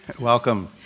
welcome